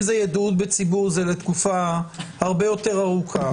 זה ידועים בציבור זה לתקופה הרבה יותר ארוכה,